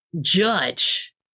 judge